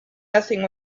nothing